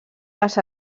les